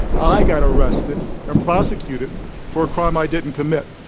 i got arrested and prosecuted for a crime i didn't commit.